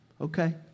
okay